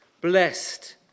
blessed